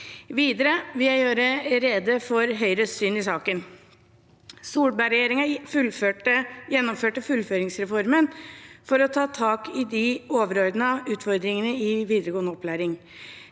Videre vil jeg gjøre rede for Høyres syn i saken. Solberg-regjeringen gjennomførte fullføringsreformen for å ta tak i de overordnede utfordringene i videregående opplæring.